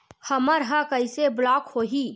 हमर ह कइसे ब्लॉक होही?